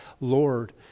Lord